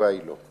התשובה היא לא.